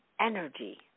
energy